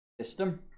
system